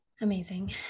Amazing